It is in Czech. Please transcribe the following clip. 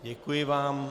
Děkuji vám.